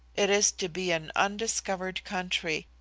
it is to be an undiscovered country.